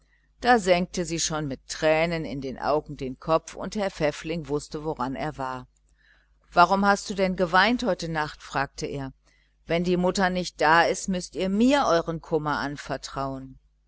da senkte sie schon mit tränen in den augen den kopf und herr pfäffling wußte woran er war warum hast du denn geweint heute nacht fragte er wenn die mutter nicht da ist müßt ihr mir euren kummer anvertrauen